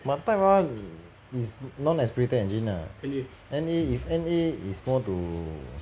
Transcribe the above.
but type R is non aspirated engine ah N_A if N_A is more to